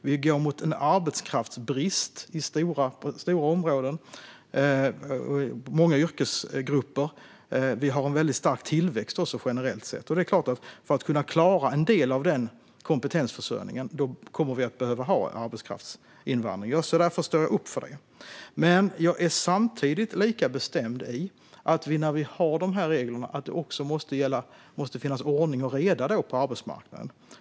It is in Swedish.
Vi går mot en arbetskraftsbrist på stora områden och inom många yrkesgrupper. Vi har generellt sett också en stark tillväxt. För att klara en del av kompetensförsörjningen kommer vi att behöva ha en arbetskraftsinvandring. Därför står jag upp för den. Samtidigt är jag lika bestämd i att det måste vara ordning och reda på arbetsmarknaden.